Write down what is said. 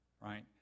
right